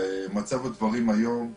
במצב הדברים היום,